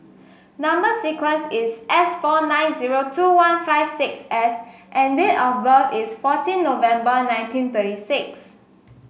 number sequence is S four nine zero two one five six S and date of birth is fourteen November nineteen thirty six